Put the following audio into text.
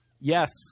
yes